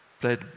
played